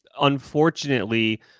unfortunately